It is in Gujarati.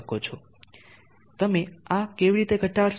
તમે આ કેવી રીતે ઘટાડશો